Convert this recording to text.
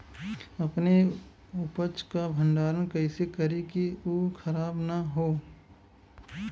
अपने उपज क भंडारन कइसे करीं कि उ खराब न हो?